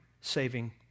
saving